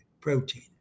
protein